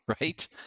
right